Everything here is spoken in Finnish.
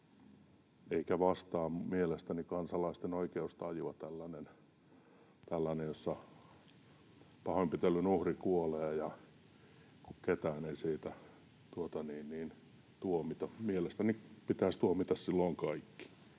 eikä vastaa mielestäni kansalaisten oikeustajua tällainen, jossa pahoinpitelyn uhri kuolee ja ketään ei siitä tuomita. Mielestäni pitäisi tuomita silloin kaikki.